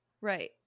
right